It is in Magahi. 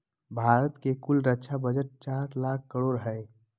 भारत के कुल रक्षा बजट चार लाख करोड़ हय